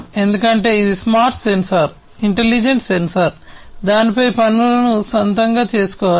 ఎందుకంటే ఇది smart sensor intelligent sensor దానిపై పనులు స్వంతం చేసుకోవాలి